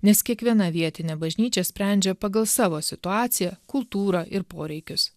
nes kiekviena vietinė bažnyčia sprendžia pagal savo situaciją kultūrą ir poreikius